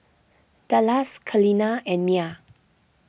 Dallas Kaleena and Mia